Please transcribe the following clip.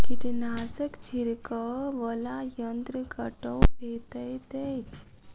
कीटनाशक छिड़कअ वला यन्त्र कतौ भेटैत अछि?